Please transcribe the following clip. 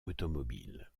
automobile